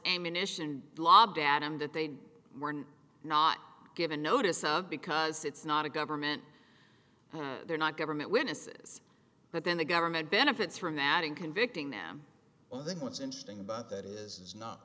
ammunition lobbed at him that they were not given notice of because it's not a government they're not government witnesses but then the government benefits from that in convicting them well then what's interesting about that is